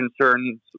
concerns